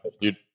dude